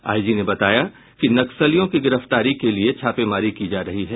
IG ने बताया कि नक्सलियों के गिरफ्तारी के लिये छापेमारी की जा रही है